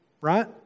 Right